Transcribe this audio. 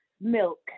milk